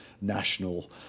national